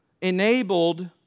enabled